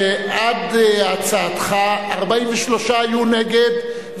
שעד הצעתך 43 היו נגד,